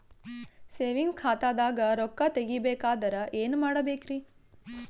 Savings ಖಾತಾದಾಗ ರೊಕ್ಕ ತೇಗಿ ಬೇಕಾದರ ಏನ ಮಾಡಬೇಕರಿ?